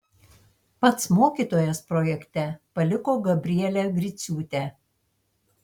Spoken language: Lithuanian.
pats mokytojas projekte paliko gabrielę griciūtę